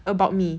about me